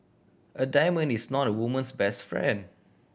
a diamond is not a woman's best friend